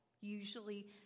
Usually